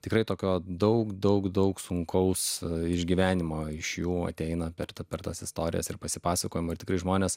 tikrai tokio daug daug daug sunkaus išgyvenimo iš jų ateina per tą per tas istorijas ir pasipasakojimą ir tikrai žmonės